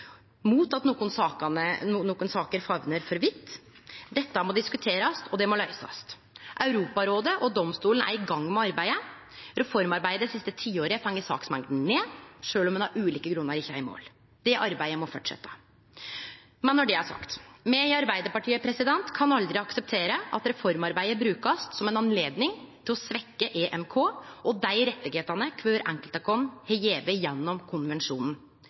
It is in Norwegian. for vidt. Dette må diskuterast, og det må løysast. Europarådet og domstolen er i gang med arbeidet. Reformarbeidet det siste tiåret har fått saksmengda ned, sjølv om ein av ulike grunnar ikkje er i mål. Det arbeidet må fortsetje. Når det er sagt: Me i Arbeidarpartiet kan aldri akseptere at reformarbeidet blir brukt som ei anledning til å svekkje EMK og dei rettane kvar enkelt av oss har fått gjennom konvensjonen.